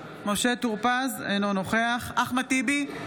אינו נוכח אחמד טיבי,